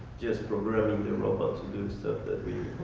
just programming the robot to do stuff that